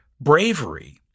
bravery